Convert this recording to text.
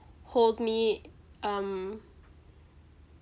hold me um